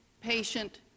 patient